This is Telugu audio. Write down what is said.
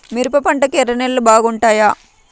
మిరప పంటకు ఎర్ర నేలలు బాగుంటాయా?